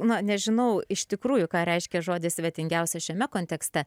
na nežinau iš tikrųjų ką reiškia žodis svetingiausia šiame kontekste